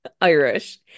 Irish